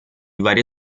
varie